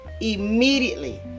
immediately